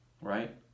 right